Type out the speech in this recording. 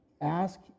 ask